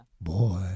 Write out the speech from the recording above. boy